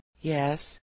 Yes